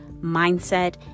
mindset